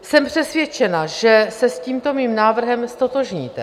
Jsem přesvědčena, že se s tímto mým návrhem ztotožníte.